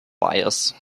bias